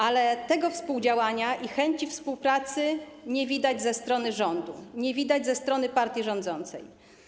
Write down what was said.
Ale tego współdziałania i chęci współpracy nie widać ze strony rządu, nie widać ze strony partii rządzącej.